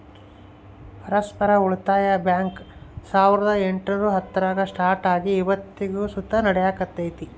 ಪರಸ್ಪರ ಉಳಿತಾಯ ಬ್ಯಾಂಕ್ ಸಾವುರ್ದ ಎಂಟುನೂರ ಹತ್ತರಾಗ ಸ್ಟಾರ್ಟ್ ಆಗಿ ಇವತ್ತಿಗೂ ಸುತ ನಡೆಕತ್ತೆತೆ